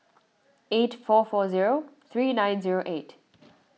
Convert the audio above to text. eight four four zero three nine zero eight